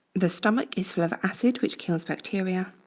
the stomach is full of acid which kills bacteria.